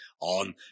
on